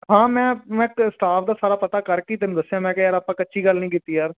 ਹਾਂ ਮੈਂ ਮੈਂ ਇੱਕ ਸਟਾਫ ਦਾ ਸਾਰਾ ਪਤਾ ਕਰਕੇ ਹੀ ਤੈਨੂੰ ਦੱਸਿਆ ਮੈਂ ਕਿਹਾ ਯਾਰ ਆਪਾਂ ਕੱਚੀ ਗੱਲ ਨਹੀਂ ਕੀਤੀ ਯਾਰ